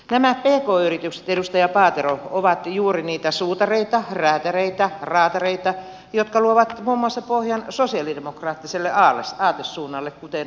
nämä pk yritykset edustaja paatero ovat juuri niitä suutareita räätäreitä raatareita jotka luovat muun muassa pohjan sosialidemokraattiselle aatesuunnalle kuten varmaan tiedätte